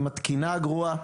עם התקינה הגרועה.